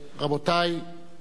מזכירת הכנסת, בבקשה.